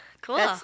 cool